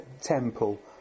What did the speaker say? Temple